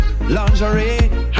lingerie